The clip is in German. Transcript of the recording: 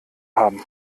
haben